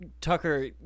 Tucker